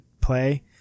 play